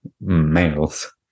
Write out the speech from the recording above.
males